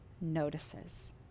notices